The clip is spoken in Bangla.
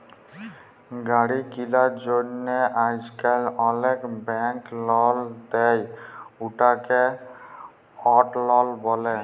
গাড়ি কিলার জ্যনহে আইজকাল অলেক ব্যাংক লল দেই, উটকে অট লল ব্যলে